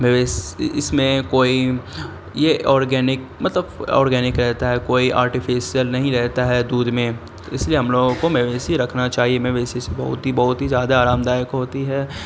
مویشی اس میں کوئی یہ آرگینک مطلب آرگینک رہتا ہے کوئی آرٹیفسیل نہیں رہتا ہے دودھ میں اس لیے ہم لوگوں کو مویشی رکھنا چاہیے مویشی سے بہت ہی بہت ہی زیادہ آرام دائک ہوتی ہے